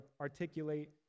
articulate